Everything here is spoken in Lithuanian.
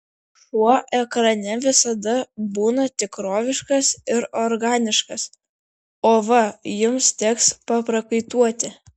šuo ekrane visada būna tikroviškas ir organiškas o va jums teks paprakaituoti